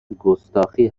گستاخی